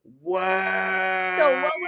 wow